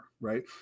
right